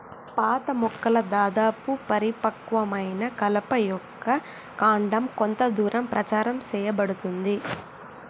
పాత మొక్కల దాదాపు పరిపక్వమైన కలప యొక్క కాండం కొంత దూరం ప్రచారం సేయబడుతుంది